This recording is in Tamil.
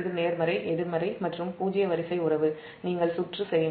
இது நேர்மறை எதிர்மறை மற்றும் பூஜ்ஜிய வரிசை தீர்த்த பிறகு சுற்று செய்யுங்கள்